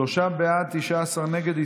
שלושה בעד, 19 נגד.